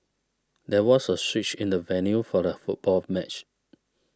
there was a switch in the venue for the football match